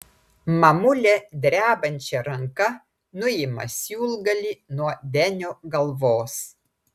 mamulė drebančia ranka nuima siūlgalį nuo denio galvos